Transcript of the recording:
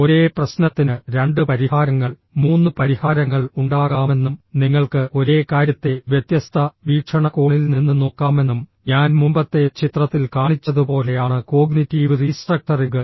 ഒരേ പ്രശ്നത്തിന് രണ്ട് പരിഹാരങ്ങൾ മൂന്ന് പരിഹാരങ്ങൾ ഉണ്ടാകാമെന്നും നിങ്ങൾക്ക് ഒരേ കാര്യത്തെ വ്യത്യസ്ത വീക്ഷണകോണിൽ നിന്ന് നോക്കാമെന്നും ഞാൻ മുമ്പത്തെ ചിത്രത്തിൽ കാണിച്ചതുപോലെ ആണ് കോഗ്നിറ്റീവ് റീസ്ട്രക്ചറിംഗ്